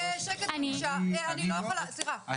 יש לי שקף שמראה את העשייה שלנו,